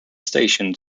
station